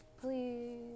Please